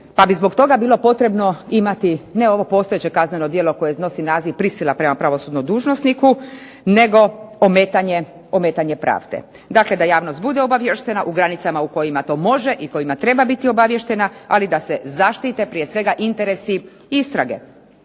pa bi zbog toga bilo potrebno imati ne ovo postojeće kazneno djelo koje nosi naziv prisila prema pravosudnom dužnosniku, nego ometanje pravde. Dakle da javnost bude obaviještena u granicama u kojima to može i kojima treba biti obaviještena, ali da se zaštite prije svega interesi istrage,